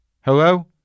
Hello